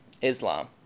Islam